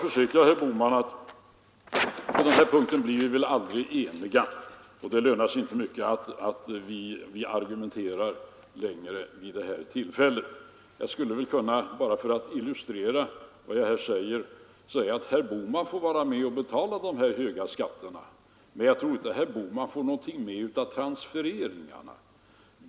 På den här punkten blir herr Bohman och jag säkert aldrig eniga, och det lönar sig inte mycket att argumentera längre vid det här tillfället. Jag skulle, bara för att illustrera vad jag menar, kunna säga att herr Bohman får vara med om att betala de höga skatterna, men jag tror inte herr Bohman får någonting med av transfereringarna.